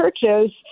churches